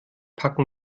packen